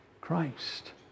Christ